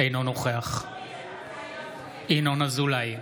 אינו נוכח ינון אזולאי,